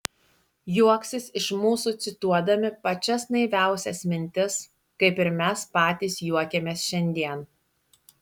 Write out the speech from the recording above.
juoksis iš mūsų cituodami pačias naiviausias mintis kaip ir mes patys juokiamės šiandien